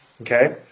okay